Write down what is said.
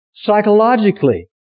psychologically